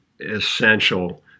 essential